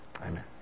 amen